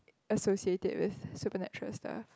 associate it with supernatural stuff